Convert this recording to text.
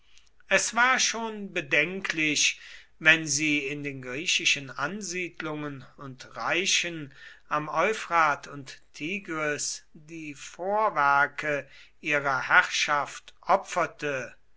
es war schon bedenklich wenn sie in den griechischen ansiedlungen und reichen am euphrat und tigris die vorwerke ihrer herrschaft opferte